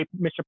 Mr